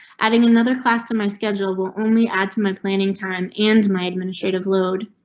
adding another class to my schedule will only add to my planning time and my administrative load.